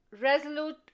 Resolute